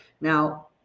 now